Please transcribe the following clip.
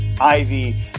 ivy